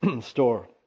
store